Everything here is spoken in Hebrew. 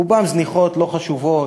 רובן זניחות, לא חשובות,